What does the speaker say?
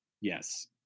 yes